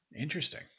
Interesting